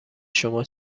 شما